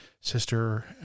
sister